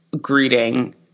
greeting